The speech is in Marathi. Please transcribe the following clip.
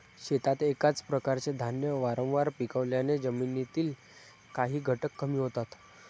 शेतात एकाच प्रकारचे धान्य वारंवार पिकवल्याने जमिनीतील काही घटक कमी होतात